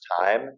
time